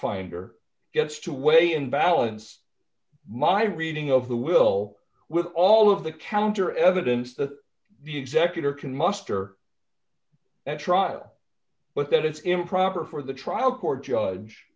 finder gets to weigh in balance my reading of the will with all of the counter evidence to the executor can muster at trial but that it's improper for the trial court judge